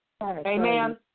Amen